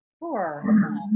Sure